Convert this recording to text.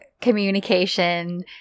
communication